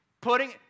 putting